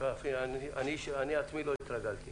הקפיץ אני עצמי לא התרגלתי